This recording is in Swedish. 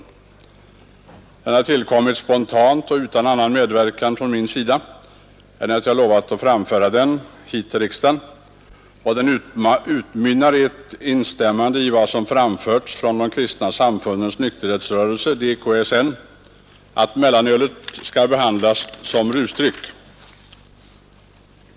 Denna hemställan har tillkommit spontant och utan annan medverkan från min sida än att jag lovat framföra den här i riksdagen. Den utmynnar i ett instämmande i vad som framförts från De kristna samfundens nykterhetsrörelse, DKSN, nämligen att mellanölet skall behandlas som rusdryck.